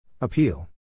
Appeal